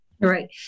right